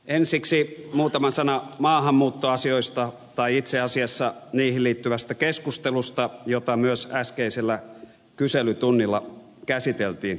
ensiksi muutama sana maahanmuuttoasioista tai itse asiassa niihin liittyvästä keskustelusta jota myös äskeisellä kyselytunnilla käsiteltiin